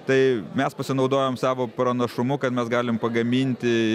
tai mes pasinaudojom savo pranašumu kad mes galim pagaminti